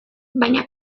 baina